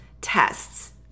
tests